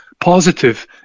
positive